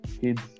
kids